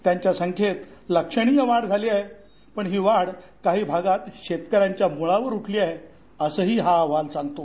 त्यांच्या संख्येत लक्षणीय वाढ झाली आहे पण ही वाढ काही भागात शेतकऱ्यांच्या मुळावर उठली आहे असंही हा अहवाल सांगतो